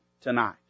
tonight